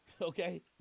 okay